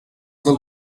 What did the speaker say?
del